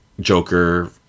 Joker